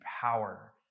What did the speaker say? power